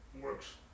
works